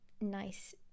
nice